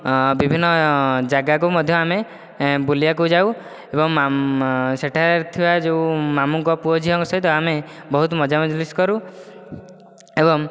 ବିଭିନ୍ନ ଜାଗାକୁ ମଧ୍ୟ ଆମେ ବୁଲିବାକୁ ଯାଉ ଏବଂ ସେଠାରେ ଥିବା ଯୋଉ ମାମୁଁଙ୍କ ପୁଅ ଝିଅଙ୍କ ସହିତ ବହୁତ ମଜା ମଜଲିସ କରୁ ଏବଂ